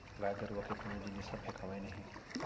गाय गरूवा के कोनो जिनिस ह फेकावय नही